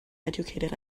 educated